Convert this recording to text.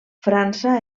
frança